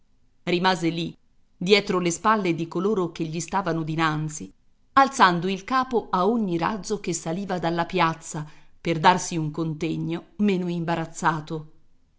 rimase lì dietro le spalle di coloro che gli stavano dinanzi alzando il capo a ogni razzo che saliva dalla piazza per darsi un contegno meno imbarazzato